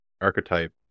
archetype